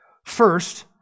First